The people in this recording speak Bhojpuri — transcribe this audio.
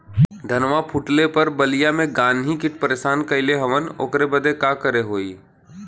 धनवा फूटले पर बलिया में गान्ही कीट परेशान कइले हवन ओकरे बदे का करे होई?